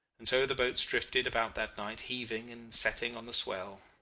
and so the boats drifted about that night, heaving and setting on the swell.